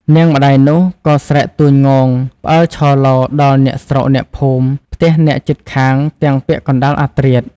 នាងម្ដាយនោះក៏ស្រែកទួញងោង ផ្អើលឆោឡោ ដល់អ្នកស្រុកអ្នកភូមិ ផ្ទះអ្នកជិតខាងទាំងពាក់កណ្ដាលអាធ្រាត ។